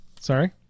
Sorry